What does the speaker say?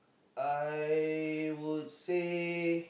I would say